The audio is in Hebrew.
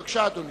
בבקשה, אדוני.